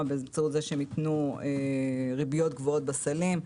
באמצעות זה שייתנו ריביות גבוהות בסלים.